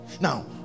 now